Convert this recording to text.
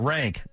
Rank